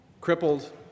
crippled